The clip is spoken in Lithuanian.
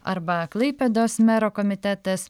arba klaipėdos mero komitetas